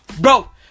bro